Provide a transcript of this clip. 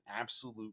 absolute